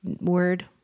word